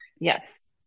yes